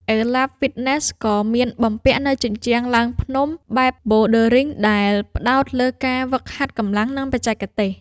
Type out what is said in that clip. អេឡាប ហ្វ៊ីតណេស ក៏មានបំពាក់នូវជញ្ជាំងឡើងភ្នំបែបប៊ូលឌើរីង ដែលផ្ដោតលើការហ្វឹកហាត់កម្លាំង និងបច្ចេកទេស។